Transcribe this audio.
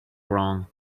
wrong